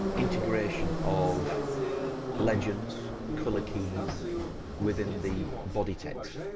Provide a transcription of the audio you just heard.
integration of legends, colour keys within the body text.